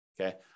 Okay